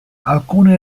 alcune